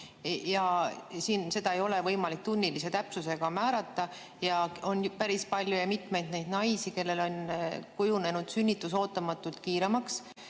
ja seda ei ole võimalik tunnilise täpsusega määrata. On ju päris palju neid naisi, kellel on kujunenud sünnitus oodatust kiiremaks.